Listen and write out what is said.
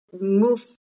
move